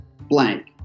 blank